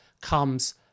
comes